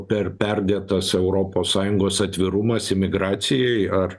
per perdėtas europos sąjungos atvirumas imigracijai ar